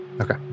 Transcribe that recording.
Okay